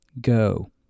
go